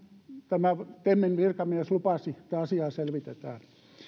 tämä temin virkamies lupasi että asiaa selvitetään